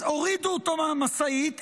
אז הורידו אותו מהמשאית,